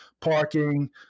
Parking